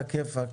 על הכיפאק.